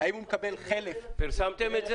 אם הוא מקבל חלף --- פרסמתם את זה?